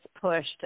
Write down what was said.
pushed